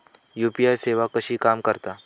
UPI सेवा कशी काम करता?